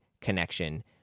connection